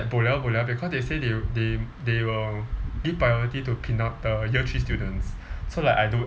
bo liao bo liao because they say they they they will give priority to pin~ the year three students so like I do